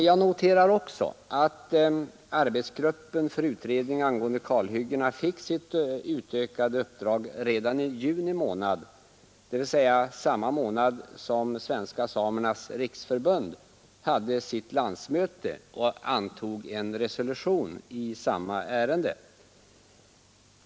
Jag noterar också att tilläggsdirektiven till arbetsgruppen för utredning angående kalhyggena lämnades redan i juni månad, dvs. samma månad som Svenska samernas riksförbund hade sitt landsmöte och antog en resolution i samma ärende.